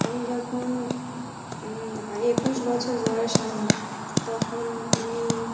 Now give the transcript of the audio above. আমি যখন আ একুশ বছর বয়স আমার তখন আমি